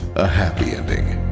a happy ending?